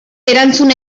erantzun